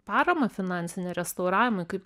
paramą finansinę restauravimui kaip